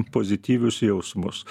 pozityvius jausmus